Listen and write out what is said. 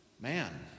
man